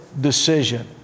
decision